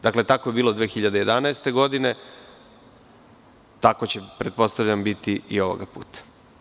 Dakle, tako je bilo 2011. godine, tako će, pretpostavljam, biti i ovoga puta.